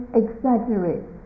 exaggerate